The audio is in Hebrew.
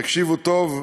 תקשיבו טוב,